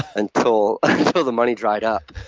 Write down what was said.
until so the money dried up.